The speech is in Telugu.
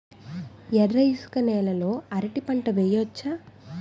ఎర్ర ఇసుక నేల లో అరటి పంట వెయ్యచ్చా?